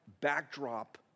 backdrop